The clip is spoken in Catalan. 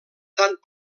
tant